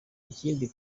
ikindi